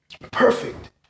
perfect